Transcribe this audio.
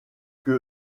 que